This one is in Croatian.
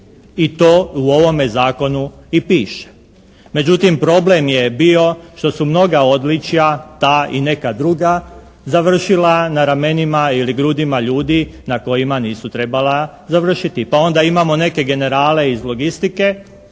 i to u ovome zakonu i piše. Međutim, problem je bio što su mnoga odličja ta i neka druga završila na ramenima ili grudima ljudi na kojima nisu trebala završiti. Pa onda imamo neke generale iz logistike